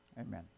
amen